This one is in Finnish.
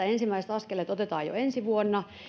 ensimmäiset askeleet tähän otetaan jo ensi vuonna